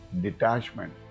detachment